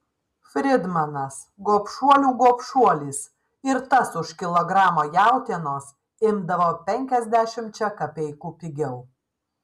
fridmanas gobšuolių gobšuolis ir tas už kilogramą jautienos imdavo penkiasdešimčia kapeikų pigiau